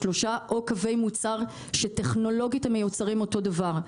שלושה או קווי מוצר שטכנולוגית מיוצרים אותו דבר.